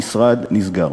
המשרד נסגר.